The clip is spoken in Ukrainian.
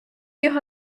його